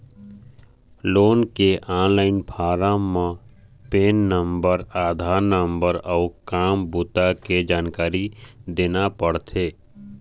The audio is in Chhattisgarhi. लोन के ऑनलाईन फारम म पेन नंबर, आधार नंबर अउ काम बूता के जानकारी देना परथे